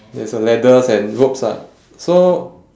there is a ladders and ropes ah so